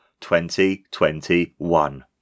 2021